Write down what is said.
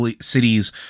cities